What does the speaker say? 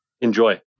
Enjoy